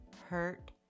hurt